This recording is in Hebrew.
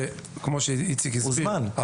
שהסביר איציק,